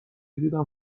دیدم